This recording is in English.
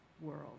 world